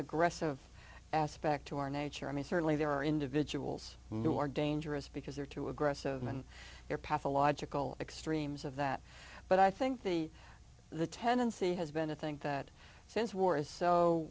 aggressive aspect to our nature i mean certainly there are individuals who are dangerous because they're too aggressive and they're pathological extremes of that but i think the the tendency has been to think that since war is so